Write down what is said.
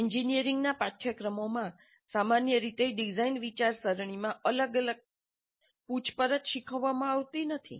એન્જિનિયરિંગના પાઠ્યક્રમમાં સામાન્ય રીતે ડિઝાઇન વિચારસરણીમાં અલગ પૂછપરછ શીખવવામાં આવતી નથી